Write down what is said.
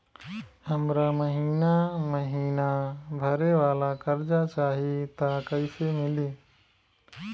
हमरा महिना महीना भरे वाला कर्जा चाही त कईसे मिली?